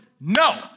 No